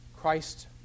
Christ